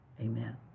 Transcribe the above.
Amen